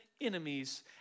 enemies